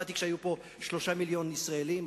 באתי כשהיו פה שלושה מיליוני ישראלים,